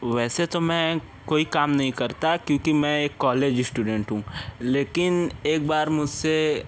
वैसे तो मैं कोई काम नहीं करता क्योंकि मैं एक कॉलेज इस्टूडेंट हूँ लेकिन एक बार मुझसे